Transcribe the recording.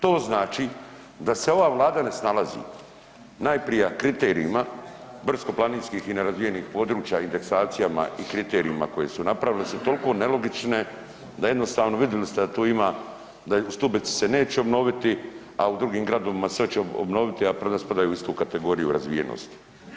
To znači da se ova vlada ne snalazi, najprije kriterijima brdsko planinskih i nerazvijenih područja indeksacijama i kriterijima koji su napravili, da su toliko nelogične da jednostavno, vidjeli su da tu ima, da Stubica se neće obnoviti, a u drugim gradovima se oće obnoviti, a spadaju pod istu kategoriju razvijenosti.